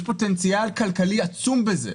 יש פוטנציאל כלכלי עצום בזה.